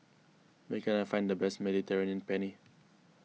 where can I find the best Mediterranean Penne